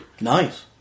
Nice